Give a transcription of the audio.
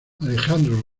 alejandro